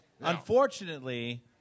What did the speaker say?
Unfortunately